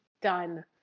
done